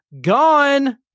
gone